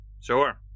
Sure